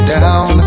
down